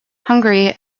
hungary